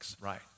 right